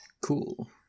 Cool